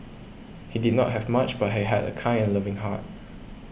he did not have much but he had a kind and loving heart